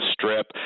Strip